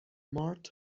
مارت